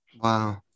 Wow